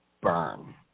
Burn